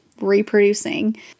reproducing